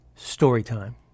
Storytime